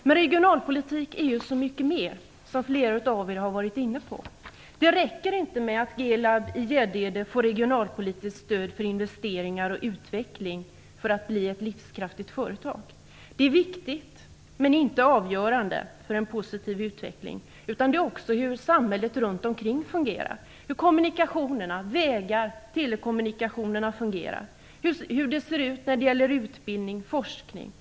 Men regionalpolitik är så mycket mer, som flera tidigare talare har sagt. Det räcker inte med att Gelab i Gäddede får regionalpolitiskt stöd för investeringar och utveckling för att bli ett livskraftigt företag. Det är viktigt men inte avgörande för en positiv utveckling. Det gäller också att samhället runt omkring fungerar. Det handlar om hur kommunikationerna, vägar telekommunikationer, fungerar. Hur ser det ut när det gäller utbildning och forskning?